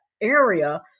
area